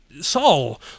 Saul